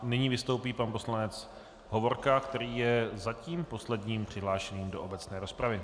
Nyní vystoupí pan poslanec Hovorka, který je zatím posledním přihlášeným do obecné rozpravy.